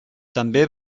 també